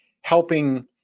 helping